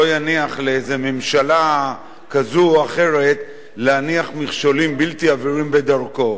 לא יניח לאיזו ממשלה כזו או אחרת להניח מכשולים בלתי עבירים בדרכו,